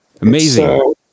amazing